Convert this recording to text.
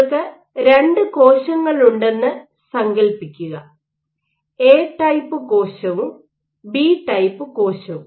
നിങ്ങൾക്ക് രണ്ട് കോശങ്ങളുണ്ടെന്ന് സങ്കൽപ്പിക്കുക എ ടൈപ്പ് കോശവും ബി ടൈപ്പ് കോശവും